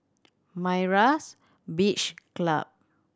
Myra's Beach Club